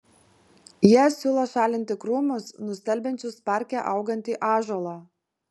jie siūlo šalinti krūmus nustelbiančius parke augantį ąžuolą